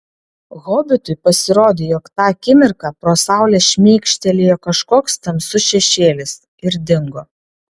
hobitui pasirodė jog tą akimirką pro saulę šmėkštelėjo kažkoks tamsus šešėlis ir dingo